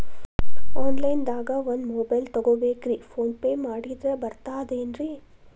Online ದಾಗ ಒಂದ್ mobile ತಗೋಬೇಕ್ರಿ ಫೋನ್ ಪೇ ಮಾಡಿದ್ರ ಬರ್ತಾದೇನ್ರಿ?